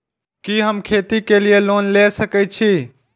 कि हम खेती के लिऐ लोन ले सके छी?